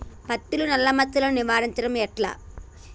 పత్తిలో నల్లా మచ్చలను నివారించడం ఎట్లా?